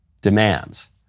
demands